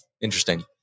Interesting